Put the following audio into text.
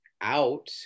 out